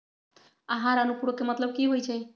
आहार अनुपूरक के मतलब की होइ छई?